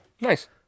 Nice